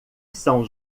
são